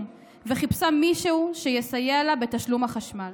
וחיפשה מישהו שיסייע לה בתשלום החשמל.